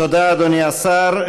תודה, אדוני השר.